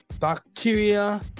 Bacteria